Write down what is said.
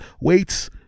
Weights